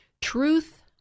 Truth